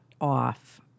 off